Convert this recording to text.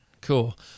Cool